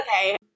okay